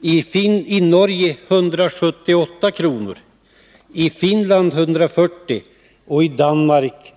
178 kr. i Norge, 140 kr. i Finland och 127 kr. i Danmark.